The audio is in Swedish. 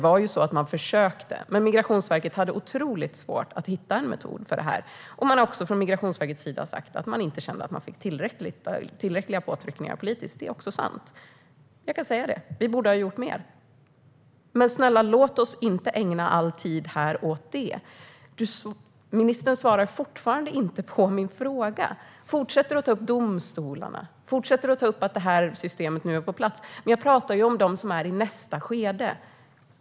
Migrationsverket försökte men hade svårt att hitta en metod för det. Migrationsverket har också sagt att det inte var tillräcklig politisk påtryckning. Det är sant; vi borde ha gjort mer. Men låt oss inte ägna all tid åt detta. Ministern svarar fortfarande inte på min fråga. Han fortsätter att ta upp domstolarna och att systemet nu är på plats. Men jag talar om dem som är i nästa skede.